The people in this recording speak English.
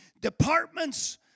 departments